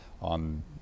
on